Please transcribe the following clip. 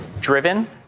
driven